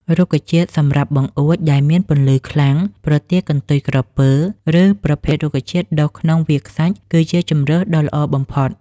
រុក្ខជាតិសម្រាប់បង្អួចដែលមានពន្លឺខ្លាំង ប្រទាលកន្ទុយក្រពើ ឬ ប្រភេទរុក្ខជាតិដុះក្នុងវាលខ្សាច់គឺជាជម្រើសដ៏ល្អបំផុត។